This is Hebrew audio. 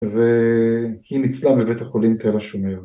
והיא ניצלה בבית החולים תל השומר.